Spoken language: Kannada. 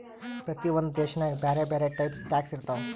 ಪ್ರತಿ ಒಂದ್ ದೇಶನಾಗ್ ಬ್ಯಾರೆ ಬ್ಯಾರೆ ಟೈಪ್ ಟ್ಯಾಕ್ಸ್ ಇರ್ತಾವ್